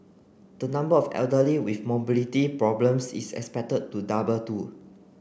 the number of elderly with mobility problems is expected to double too